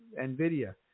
NVIDIA